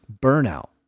Burnout